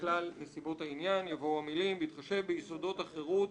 בכלל נסיבות העניין" יבואו המילים "בהתחשב ביסודות החירות,